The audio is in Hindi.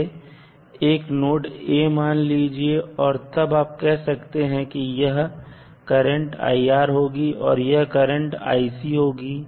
इसे एक नोड "a" मान लीजिए और तब आप कह सकते हैं की यह करंट होगी और यह करंट होगी